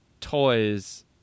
toys